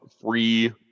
free